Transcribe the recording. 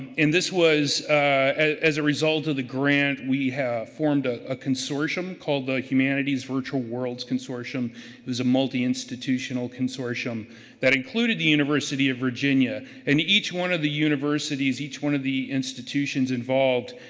and this was as a result of the grant, we have formed a ah consortium called the humanities virtual worlds consortium. it was a multi-institutional consortium that included the university of virginia. and each one of the universities, each one of the institutions involved,